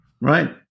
right